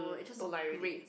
don't like already